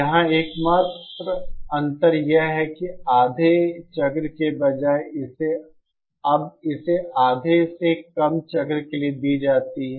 यहाँ एकमात्र अंतर यह है कि आधे चक्र के बजाय इसे अब इसे आधे से कम चक्र के लिए दी जाती है